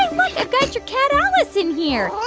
ah look. i've got your cat alice in here